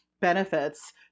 benefits